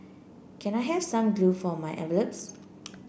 can I have some glue for my envelopes